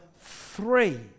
three